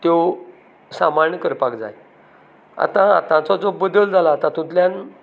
त्यो सांबाळून करपाक जाय आतां आताचो जो बदल जाला तातूंतल्यान